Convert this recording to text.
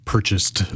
purchased